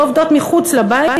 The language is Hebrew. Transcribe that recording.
לא עובדות מחוץ לבית,